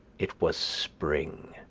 it was spring.